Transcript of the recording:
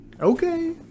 okay